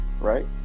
right